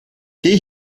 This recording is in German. geh